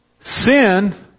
sin